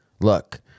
Look